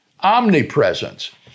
omnipresence